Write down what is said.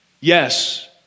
Yes